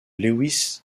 lewis